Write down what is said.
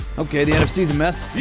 ok, the nfc's a mess.